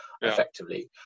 effectively